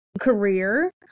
career